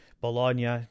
Bologna